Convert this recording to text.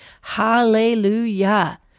Hallelujah